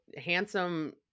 handsome